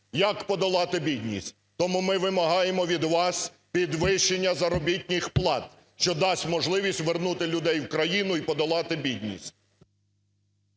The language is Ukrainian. Як подолати бідність? Тому ми вимагаємо від вас підвищення заробітних плат, що дасть можливість вернути людей в країну і подолати бідність.